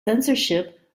censorship